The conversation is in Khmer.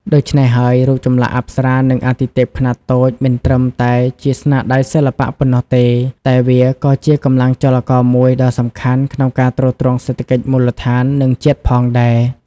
ដូច្នេះហើយ រូបចម្លាក់អប្សរា និងអាទិទេពខ្នាតតូចមិនត្រឹមតែជាស្នាដៃសិល្បៈប៉ុណ្ណោះទេ តែវាក៏ជាកម្លាំងចលករមួយដ៏សំខាន់ក្នុងការទ្រទ្រង់សេដ្ឋកិច្ចមូលដ្ឋាន និងជាតិផងដែរ។